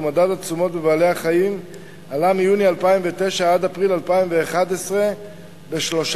ומדד התשומות בבעלי-החיים עלה מיוני 2009 עד אפריל 2011 ב-13.9%.